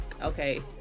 Okay